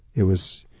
it was